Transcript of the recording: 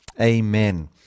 Amen